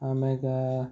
ಆಮ್ಯಾಗ